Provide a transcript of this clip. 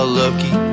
lucky